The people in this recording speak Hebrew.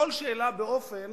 כל שאלה באופן